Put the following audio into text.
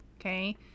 okay